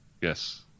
yes